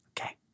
Okay